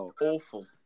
awful